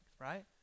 Right